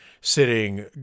sitting